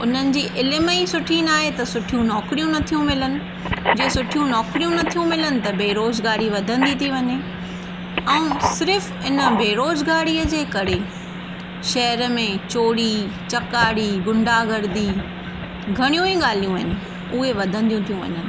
उन्हनि जी इल्म ई सुठी ना आहे त सुठियूं नौकरियूं नथियूं मिलनि जे सुठियूं नौकरियूं नथियूं मिलनि त बेरोज़गारी वधंदी थी वञे ऐं सिर्फ़ु इन बेरोज़गारीअ जे करे शहर में चोरी चकारी गुंडा गर्दी घणियूं ई ॻाल्हियूं आहिनि उहे वधंदियूं थियूं वञनि